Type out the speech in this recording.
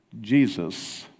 Jesus